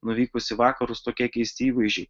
nuvykus į vakarus tokie keisti įvaizdžiai